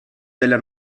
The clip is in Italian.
della